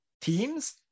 teams